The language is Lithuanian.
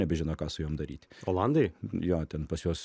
nebežino ką su jom daryt olandai jo ten pas juos